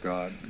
God